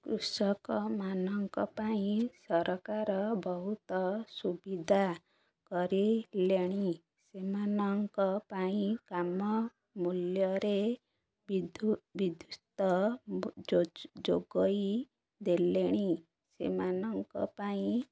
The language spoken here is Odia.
କୃଷକମାନଙ୍କ ପାଇଁ ସରକାର ବହୁତ ସୁବିଧା କରିିଲେଣି ସେମାନଙ୍କ ପାଇଁ କମ୍ ମୂଲ୍ୟରେ ବି ବିଦ୍ୟୁତ୍ ଯୋଗେଇ ଦେଲେଣି ସେମାନଙ୍କ ପାଇଁ